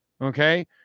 Okay